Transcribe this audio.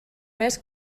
més